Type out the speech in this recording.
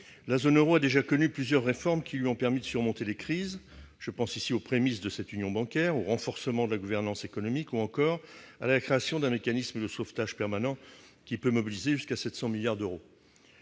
la zone Euro a déjà connu plusieurs réformes qui lui ont permis de surmonter les crises je pense ici aux prémices de cette union bancaire au renforcement de la gouvernance économique ou encore à la création d'un mécanisme de sauvetage permanent qui peut mobiliser jusqu'à 700 milliards d'euros,